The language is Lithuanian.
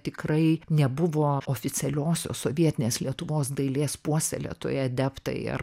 tikrai nebuvo oficialiosios sovietinės lietuvos dailės puoselėtojai adeptai ar